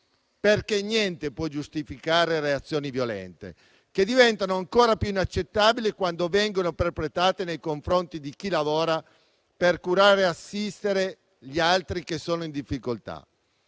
perché niente può giustificare reazioni violente che diventano ancora più inaccettabili quando vengono perpetrate nei confronti di chi lavora per curare e assistere gli altri che sono in difficoltà.